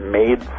made